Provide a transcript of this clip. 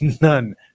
none